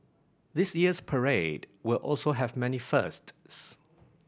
this year's parade will also have many firsts